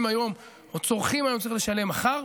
היום או צורכים היום צריך לשלם מחר.